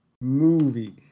movie